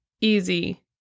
easy